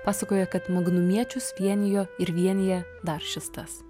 pasakoja kad magnumiečius vienijo ir vienija dar šis tas